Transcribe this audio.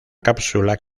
cápsula